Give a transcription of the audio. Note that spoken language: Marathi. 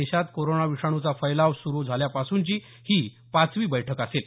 देशात कोरोना विषाणूचा फैलाव सुरू झाल्यापासूनची ही पाचवी बैठक असेल